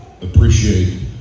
appreciate